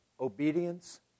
Obedience